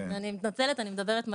אני מתנצלת, אני מדברת מהר.